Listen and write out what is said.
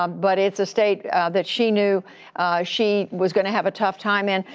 um but it's a state that she knew she was going to have a tough time in.